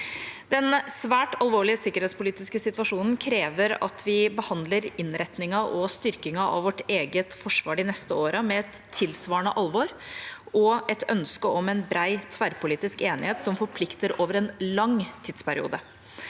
Den svært alvorlige sikkerhetspolitiske situasjonen krever at vi behandler innretningen og styrkingen av vårt eget forsvar de neste årene med et tilsvarende alvor og et ønske om en bred tverrpolitisk enighet som forplikter over en lang tidsperiode.